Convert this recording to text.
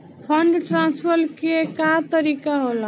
Fund transfer के का तरीका होला?